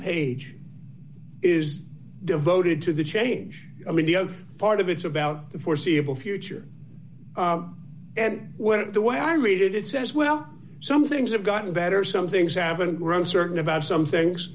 page is devoted to the change i mean the oath part of it's about the foreseeable future and whether the way i read it it says well some things have gotten better some things haven't grown certain about some things